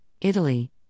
Italy